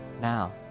now